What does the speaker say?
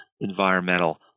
environmental